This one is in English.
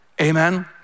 Amen